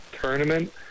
tournament